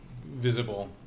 visible